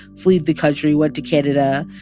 fled the country, went to canada,